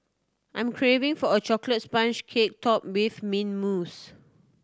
I'm craving for a chocolate sponge cake topped with mint mousse